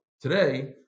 today